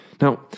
Now